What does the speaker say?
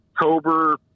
October